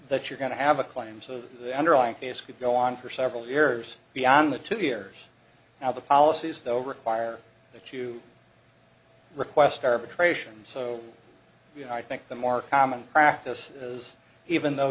that you're going to have a claim so the underlying case could go on for several years beyond the two years now the policy is though require that you request arbitration so you know i think the more common practice is even though